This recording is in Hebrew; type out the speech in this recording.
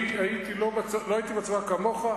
לא הייתי בצבא כמוך,